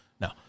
No